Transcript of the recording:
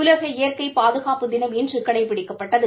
உலக இயற்கை பாதுகாப்பு தினம் இன்று கடைபிடிக்கப்பட்டது